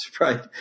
right